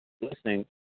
listening